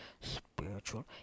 spiritual